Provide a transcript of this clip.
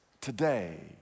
today